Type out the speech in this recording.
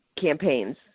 campaigns